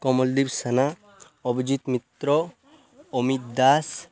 Kamaldeep Saan Abhijit Mitra Amit Das